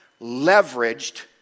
leveraged